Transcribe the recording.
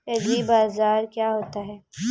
एग्रीबाजार क्या होता है?